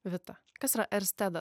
visa kas yra erstedas